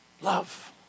Love